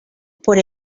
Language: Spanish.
por